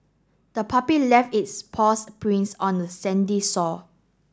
the puppy left its paws prints on the sandy sore